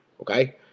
okay